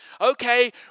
Okay